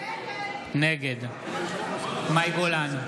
נגד מאי גולן,